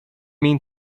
mean